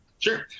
Sure